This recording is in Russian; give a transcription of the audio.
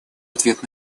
ответ